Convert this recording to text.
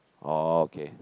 okay